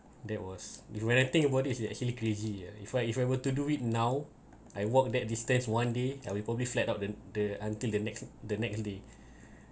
that was when I think about is you actually crazy if I if I were to do it now I walk that distance one day I'll probably fled out the the until the next the next day